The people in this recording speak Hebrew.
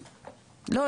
לא הצלחתי להבין מה,